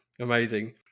Amazing